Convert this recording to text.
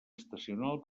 estacional